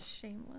Shameless